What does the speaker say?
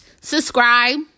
subscribe